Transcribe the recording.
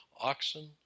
Oxen